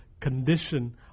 condition